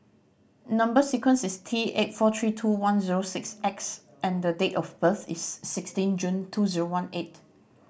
number sequence is T eight four three two one zero six X and the date of birth is sixteen June two zero one eight